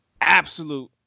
absolute